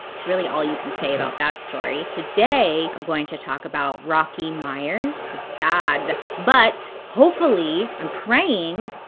it's really all you can say about that story. today i'm going to talk about rocky myers. it's sad, but hopefully, i'm praying,